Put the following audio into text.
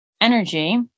energy